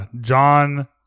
John